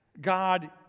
God